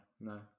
no